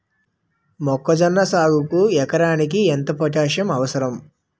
మొక్కజొన్న సాగుకు ఎకరానికి ఎంత పోటాస్సియం అవసరం?